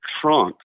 trunk